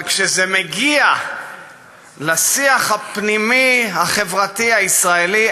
אבל כשזה מגיע לשיח הפנימי החברתי הישראלי,